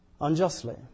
unjustly